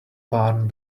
barn